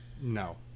no